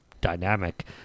dynamic